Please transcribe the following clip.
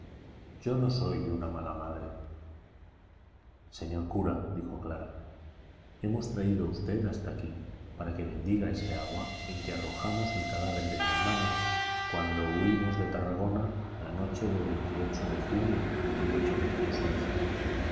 yo no soy una mala madre señor cura dijo clara hemos traído a usted hasta aquí para que bendiga ese agua en que arrojamos el cadáver de mi hermano cuando huimos de tarragona la noche del de junio de